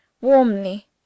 Warmly